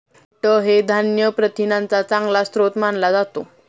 मोठ हे धान्य प्रथिनांचा चांगला स्रोत मानला जातो